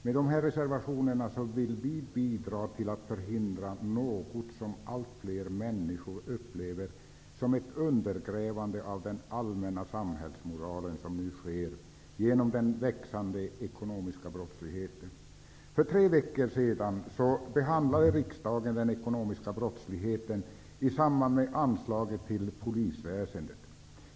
Med dem vill vi bidra till att förhindra något som allt fler människor upplever som ett undergrävande av den allmänna samhällsmoralen, som nu sker genom den växande ekonomiska brottsligheten. För tre veckor sedan behandlade riksdagen den ekonomiska brottsligheten i samband med anslaget till polisväsendet.